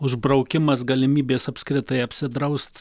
užbraukimas galimybės apskritai apsidraust